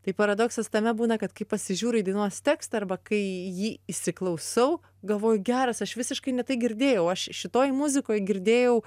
tai paradoksas tame būna kad kai pasižiūri į dainos tekstą arba kai jį įsiklausau galvoju geras aš visiškai ne tai girdėjau aš šitoj muzikoj girdėjau